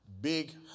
big